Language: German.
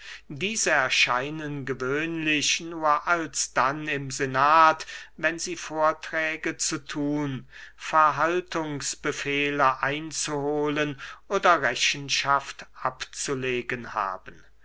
diese erscheinen gewöhnlich nur alsdann im senat wenn sie vorträge zu thun verhaltungsbefehle einzuholen oder rechenschaft abzulegen haben